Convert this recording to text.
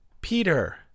Peter